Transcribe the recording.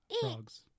Frogs